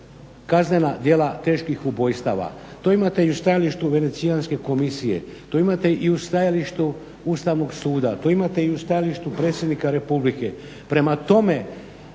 kaznena djela teških ubojstava. To imate i stajalište Venecijanske komisije, to imate i u stajalištu Ustavnog suda, to imate i u stajalištu predsjednika republike. Prema tome